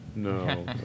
No